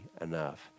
enough